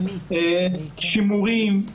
שימורים,